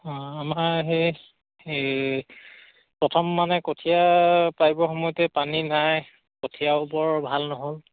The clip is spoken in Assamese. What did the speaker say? অঁ আমাৰ সেই এই প্ৰথম মানে কঠীয়া পাৰিব সময়তে পানী নাই কঠীয়াও বৰ ভাল নহ'ল